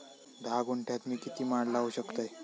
धा गुंठयात मी किती माड लावू शकतय?